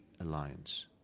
alliance